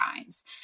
times